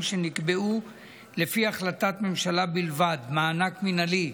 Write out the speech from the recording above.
שנקבעו לפי החלטת ממשלה בלבד (מענק מינהלי)